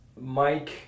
Mike